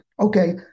okay